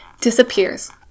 disappears